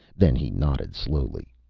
then he nodded slowly.